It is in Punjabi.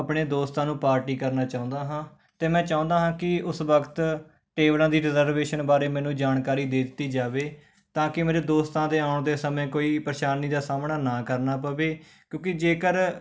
ਆਪਣੇ ਦੋਸਤਾਂ ਨੂੰ ਪਾਰਟੀ ਕਰਨਾ ਚਾਹੁੰਦਾ ਹਾਂ ਤਾਂ ਮੈਂ ਚਾਹੁੰਦਾ ਹਾਂ ਕਿ ਉਸ ਵਕਤ ਟੇਬਲਾਂ ਦੀ ਰਿਜ਼ਰਵੇਸ਼ਨ ਬਾਰੇ ਮੈਨੂੰ ਜਾਣਕਾਰੀ ਦੇ ਦਿੱਤੀ ਜਾਵੇ ਤਾਂ ਕਿ ਮੇਰੇ ਦੋਸਤਾਂ ਦੇ ਆਉਣ ਦੇ ਸਮੇਂ ਕੋਈ ਪਰੇਸ਼ਾਨੀ ਦਾ ਸਾਹਮਣਾ ਨਾ ਕਰਨਾ ਪਵੇ ਕਿਉਂਕਿ ਜੇਕਰ